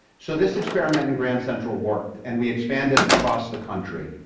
so this experiment in grand central worked, and we expanded across the country.